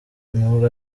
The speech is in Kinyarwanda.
nubwo